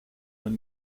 when